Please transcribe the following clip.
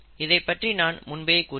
இதைப்பற்றி நான் முன்பே கூறினேன்